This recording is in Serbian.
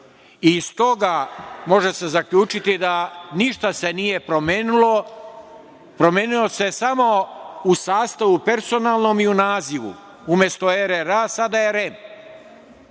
Iz toga može se zaključiti da se ništa nije promenilo, promenilo se samo u sastavu personalnom i u nazivu, umesto RRA sada je